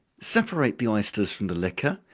separate the oysters from the liquor,